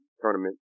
Tournament